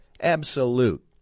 absolute